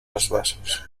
bases